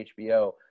HBO